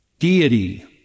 deity